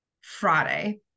Friday